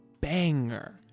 banger